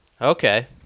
Okay